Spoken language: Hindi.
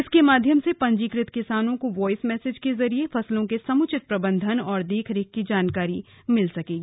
इसके माध्यम से पंजीकृत किसानो को वायस मैसज के जरिये फसलों के समुचित प्रबन्धन और देखरेख की जानकारी मिल सकेगी